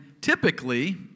typically